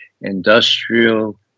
industrial